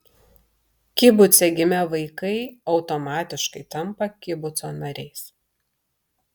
kibuce gimę vaikai automatiškai tampa kibuco nariais